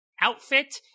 outfit